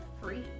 free